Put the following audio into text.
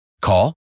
Call